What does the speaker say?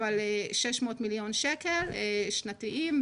600 מיליון שקל שנתיים,